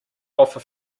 offer